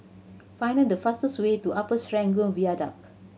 find the fastest way to Upper Serangoon Viaduct